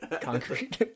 concrete